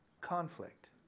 conflict